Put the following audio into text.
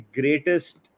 greatest